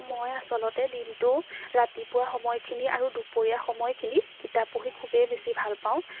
মই আচলতে দিনটো ৰাতিপুৱা সময়খিনি আৰু দুপৰীয়া সময়খিনি কিতাপ পঢ়ি খুবেই বেছি ভালপাওঁ